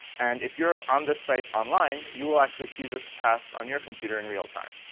and if you're on this site online, you'll actually see this task on your computer in real time.